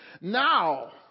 Now